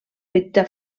petita